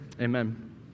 amen